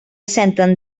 senten